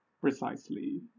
precisely